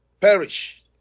perish